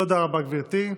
תודה רבה, גברתי.